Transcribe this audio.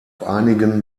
einigen